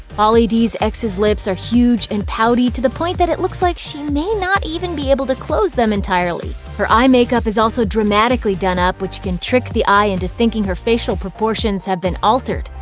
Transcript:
pauly d's ex's lips are huge and pouty, to the point that it looks like she may not even be able to close them entirely. her eye makeup is also dramatically done up, which can trick the eye into thinking her facial proportions have been altered.